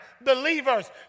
Believers